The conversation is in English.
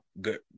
good